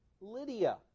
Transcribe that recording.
Lydia